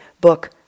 book